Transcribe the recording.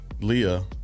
Leah